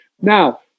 Now